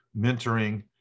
mentoring